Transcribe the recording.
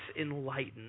enlightened